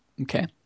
Okay